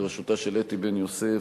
בראשותה של אתי בן-יוסף,